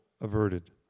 averted